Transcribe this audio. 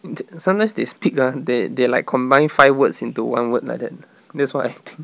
sometimes they speak ah they they like combined five words into one word like that that's what I think